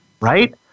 Right